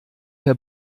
herr